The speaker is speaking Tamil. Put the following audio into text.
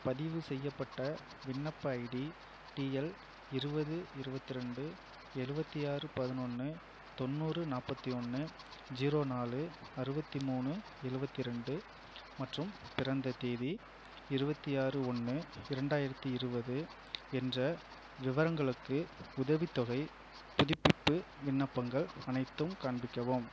பதிவுசெய்யப்பட்ட விண்ணப்ப ஐடி டிஎல் இருபது இருபத்தி ரெண்டு எழுவத்தி ஆறு பதினொன்று தொண்ணூறு நாற்பத்தி ஒன்று ஜீரோ நாலு அறுபத்தி மூணு எழுவத்தி ரெண்டு மற்றும் பிறந்த தேதி இருபத்தி ஆறு ஒன்று இரண்டாயிரத்தி இருபது என்ற விவரங்களுக்கு உதவித்தொகைப் புதுப்பிப்பு விண்ணப்பங்கள் அனைத்தும் காண்பிக்கவும்